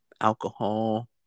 alcohol